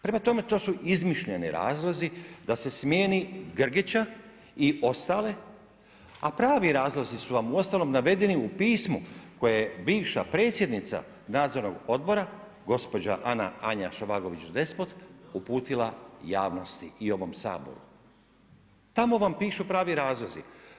Prema tome, to su izmišljeni razlozi da se smijeni Grgića i ostale a pravi razlozi su vam uostalom navedeni u pismu koje je bivša predsjednica nadzornog odbora gospođa Anja Šovagović Despot uputila javnosti i ovom Saboru. tamo vam pišu pravi razlozi.